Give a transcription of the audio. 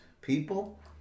people